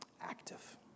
active